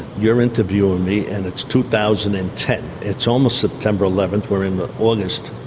you're interviewing me, and it's two thousand and ten. it's almost september eleventh, we're in the august.